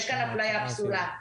יש כאן אפליה פסולה.